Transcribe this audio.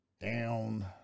Down